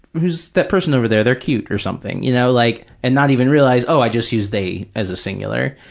who's that person over there, they're cute, or something, you know, like, and not even realize, oh, i just used they as a singular.